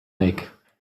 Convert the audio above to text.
make